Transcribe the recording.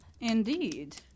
Indeed